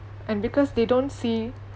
and because they don't see